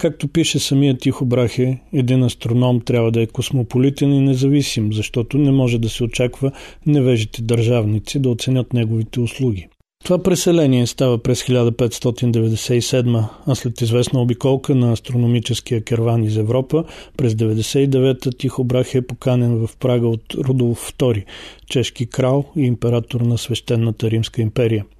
Както пише самият Тихо Брахе, един астроном трябва да е космополитен и независим, защото не може да се очаква невежите държавници да оценят неговите услуги. Това преселение става през 1597, а след известна обиколка на астрономическия керван из Европа, през 99 Тихо Брахе е поканен в Прага от Рудолф II, чешки крал и император на Свещенната Римска империя.